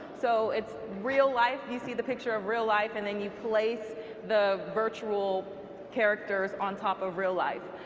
so its' real life, you see the picture of real life and then you place the virtual characters on top of real life.